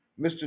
Mr